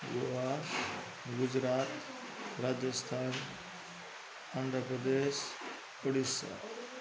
Goa Gujarat Rajasthan Andhra Pradesh Odisha